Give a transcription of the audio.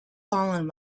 fallen